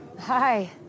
Hi